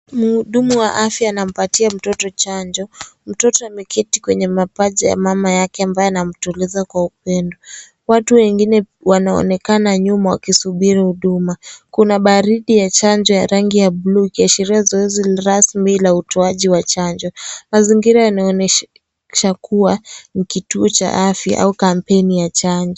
Mhudumu wa afya anampatia mtoto chanjo, mtoto ameketi kwenye mapaja ya mama yake ambaye anamtuliza kwa upendo, watu wengine wanaonekana nyuma wakisubiri huduma, kuna baridi ya chanjo ya rangi ya buluu ikiashiria zoezi rasmi la utoaji wa chanjo, na zingine inaonyesha kuwa ni kituo cha afya au kampeni ya chanjo.